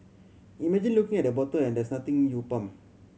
imagine looking at the bottle and there's nothing you pump